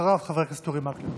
אחריו, חבר הכנסת אורי מקלב.